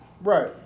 Right